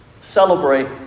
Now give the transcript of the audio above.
Celebrate